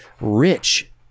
rich